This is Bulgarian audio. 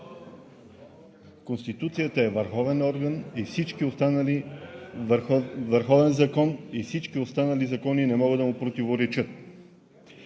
Конституцията е върховен закон и всички останали закони не могат да му противоречат.